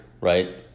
right